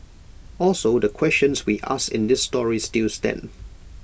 also the questions we asked in this story still stand